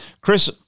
Chris